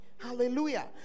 hallelujah